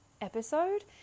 episode